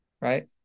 right